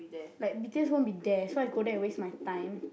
like b_t_s won't be there so I go there to waste my time